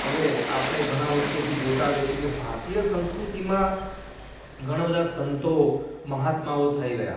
હવે આપણે ઘણાં વર્ષોથી જોતા આવ્યા છીએ કે ભારતીય સંસ્કૃતિમાં ઘણા બધા સંતો મહાત્માઓ થઈ ગયા